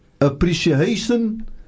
appreciation